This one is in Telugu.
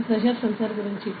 ఇది ప్రెజర్ సెన్సార్ గురించి